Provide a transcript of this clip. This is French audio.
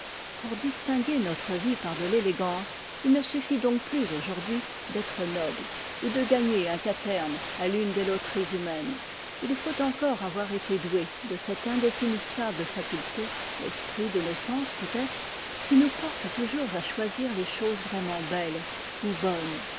pour distinguer notre vie par de l'élégance il ne suffit donc plus aujourd'hui d'être noble ou de gagner un quaterne à l'une des loteries humaines il faut encore avoir été doué de cette indéfinissable faculté l'esprit de nos sens peutêtre qui nous porte toujours à choisir les choses vraiment belles ou bonnes